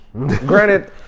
Granted